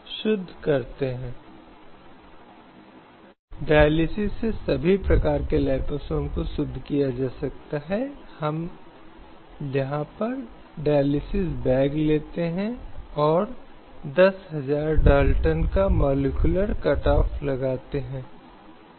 तो केवल स्थापित प्रक्रिया पर जो कि निष्पक्ष और उचित है ऐसे जीवन और व्यक्तिगत स्वतंत्रता के प्रतिबंध की अनुमति दी जा सकती है